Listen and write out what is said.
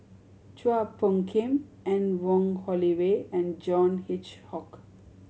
Chua Phung Kim Anne Wong Holloway and John Hitchcock